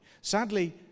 Sadly